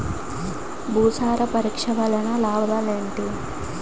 భూసార పరీక్ష వలన లాభాలు ఏంటి?